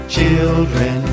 Children